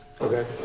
Okay